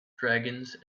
dragons